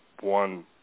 one